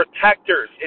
protectors